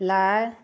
लाइ